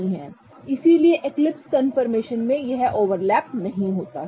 इसलिए eclipse conformation में यह ओवरलैप नहीं होता है